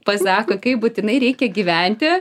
pasako kaip būtinai reikia gyventi